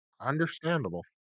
Understandable